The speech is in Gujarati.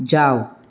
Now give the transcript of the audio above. જાવ